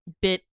bit